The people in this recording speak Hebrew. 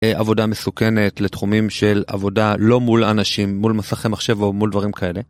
עבודה מסוכנת לתחומים של עבודה לא מול אנשים, מול מסכי מחשב או מול דברים כאלה.